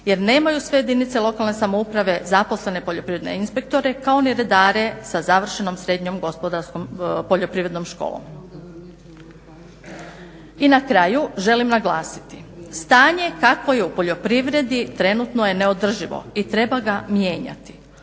jer nemaju sve jedinice lokalne samouprave zaposlene poljoprivredne inspektore kao ni redare sa završenom srednjom poljoprivrednom školom. I na kraju želim naglasiti, stanje kakvo je u poljoprivredi trenutno je neodrživo i treba ga mijenjati.